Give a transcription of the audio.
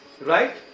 Right